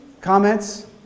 Comments